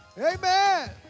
Amen